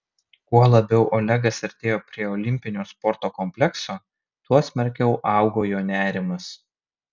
kuo labiau olegas artėjo prie olimpinio sporto komplekso tuo smarkiau augo jo nerimas